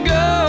go